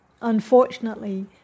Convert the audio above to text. Unfortunately